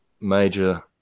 major